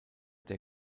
der